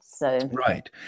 Right